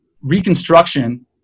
reconstruction